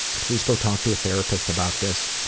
please go talk to a therapist about this.